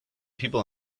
people